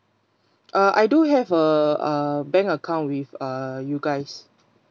uh I do have uh a bank account with uh you guys